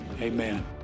amen